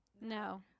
No